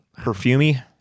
Perfumey